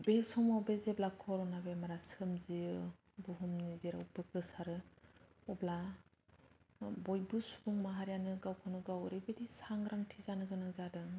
बे समाव बे जेब्ला कर'ना बेमारा सोमजियो बुहुमनि जेरावबो गोसारो अब्ला बयबो सुबुं माहारियानो गावखौनो गाव एरैबायदि सांग्रान्थि जानो गोनां जादों